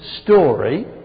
story